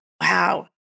wow